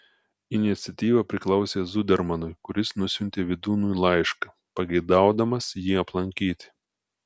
iniciatyva priklausė zudermanui kuris nusiuntė vydūnui laišką pageidaudamas jį aplankyti